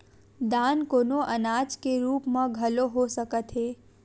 दान कोनो अनाज के रुप म घलो हो सकत हे